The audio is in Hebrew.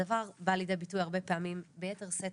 הדבר בא לידי ביטוי הרבה פעמים ביתר שאת